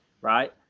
right